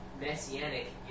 messianic